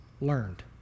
learned